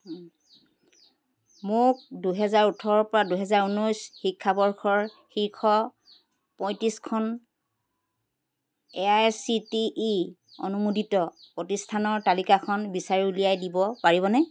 মোক দুহেজাৰ ওঠৰৰ পৰা দুহেজাৰ ঊনৈছ শিক্ষাবৰ্ষৰ শীৰ্ষ পঁয়ত্ৰিছখন এআইচিটিই অনুমোদিত প্ৰতিষ্ঠানৰ তালিকাখন বিচাৰি উলিয়াই দিব পাৰিবনে